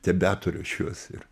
tebeturiu aš juos ir